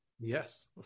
Yes